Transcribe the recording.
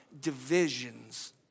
divisions